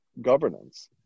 governance